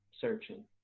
searching